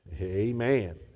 amen